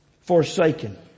Forsaken